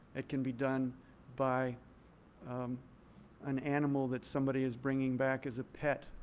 it can be done by an animal that somebody is bringing back as a pet.